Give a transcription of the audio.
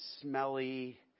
smelly